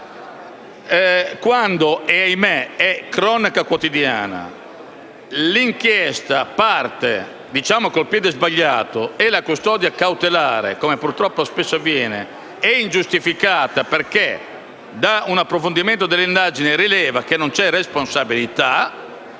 - ed ahimè è cronica quotidiana - quando l'inchiesta parte con il piede sbagliato e la custodia cautelare, come purtroppo spesso avviene, è ingiustificata perché da un approfondimento dell'indagine si rileva che non c'è responsabilità,